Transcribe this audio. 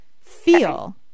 Feel